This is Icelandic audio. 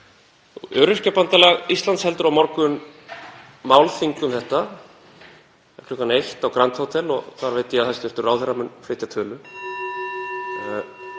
67 ár. Öryrkjabandalag Íslands heldur á morgun málþing um þetta klukkan eitt á Grand hótel og þar veit ég að hæstv. ráðherra mun flytja tölu.